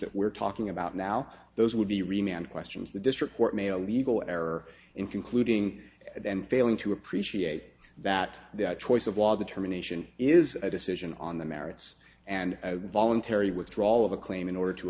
that we're talking about now those would be remained questions the district court made a legal error in concluding then failing to appreciate that the choice of law determination is a decision on the merits and voluntary withdrawal of a claim in order to